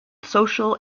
social